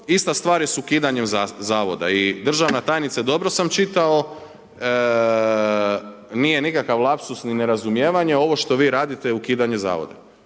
Ista stvar je s ukidanjem Zavoda i državna tajnice, dobro sam čitao nije nikakav lapsus ni nerazumijevanje. Ovo što vi radite je ukidanje Zavoda,